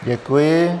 Děkuji.